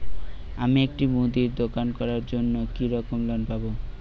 আমি একটি মুদির দোকান করার জন্য কি রকম লোন পাব?